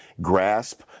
grasp